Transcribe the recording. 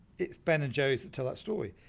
it's ben and jerry's that tell that story,